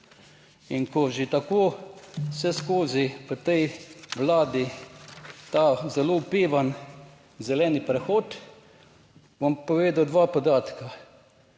In ko že tako vseskozi pri tej vladi, ta zelo opevan zeleni prehod, bom povedal dva podatka.